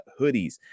hoodies